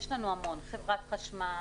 ויש לנו הרבה: חברת חשמל,